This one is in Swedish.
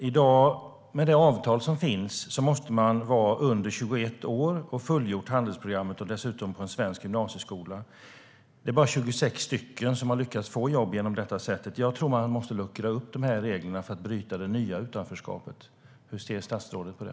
I dag, med det avtal som finns, måste man vara under 21 år och ha fullgjort handelsprogrammet, på en svensk gymnasieskola dessutom. Det är bara 26 stycken som har lyckats få jobb på det sättet. Jag tror att man måste luckra upp dessa regler för att bryta det nya utanförskapet. Hur ser statsrådet på det?